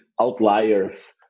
outliers